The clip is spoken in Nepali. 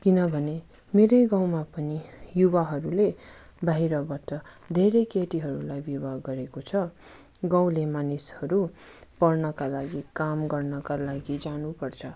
किनभने मेरै गाउँमा पनि युवाहरूले बाहिरबाट धेरै केटीहरूलाई विवाह गरेको छ गाउँले मानिसहरू पढ्नका लागि काम गर्नका लागि जानुपर्छ